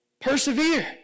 Persevere